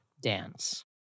dance